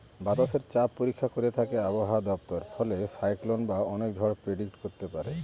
বাতাসের চাপ পরীক্ষা করে থাকে আবহাওয়া দপ্তর ফলে সাইক্লন বা অনেক ঝড় প্রেডিক্ট করতে পারে